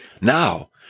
Now